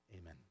amen